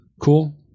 Cool